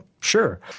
sure